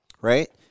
right